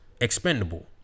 expendable